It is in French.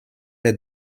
les